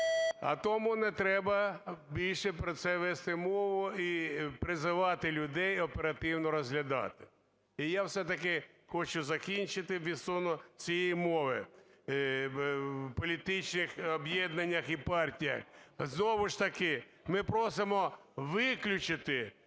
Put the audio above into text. А тому не треба більше про це вести мову і призивати людей оперативно розглядати. І я все-таки хочу закінчити відносно цієї мови в політичних об'єднаннях і партіях. Знову ж таки, ми просимо виключити,